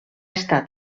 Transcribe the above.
estar